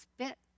spit